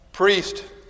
priest